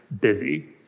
busy